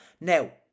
Now